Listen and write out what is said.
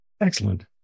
excellent